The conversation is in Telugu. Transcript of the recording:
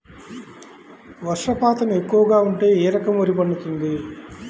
వర్షపాతం ఎక్కువగా ఉంటే ఏ రకం వరి పండుతుంది?